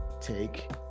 take